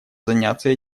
заняться